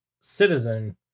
citizen